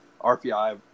RPI